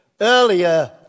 earlier